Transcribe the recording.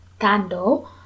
tando